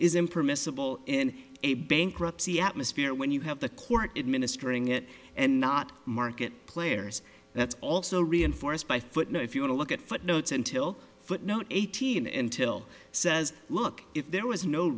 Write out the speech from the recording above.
is impermissible in a bankruptcy atmosphere when you have the court administering it and not market players that's also reinforced by foot now if you were to look at footnotes until footnote eighteen intil says look if there was no